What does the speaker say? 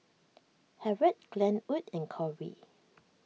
Harriett Glenwood and Corey